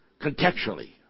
contextually